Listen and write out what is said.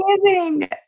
Amazing